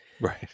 right